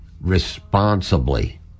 responsibly